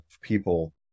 people